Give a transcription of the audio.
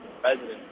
president